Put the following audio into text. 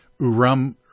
Urum